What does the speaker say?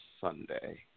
Sunday